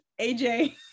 AJ